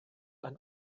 ein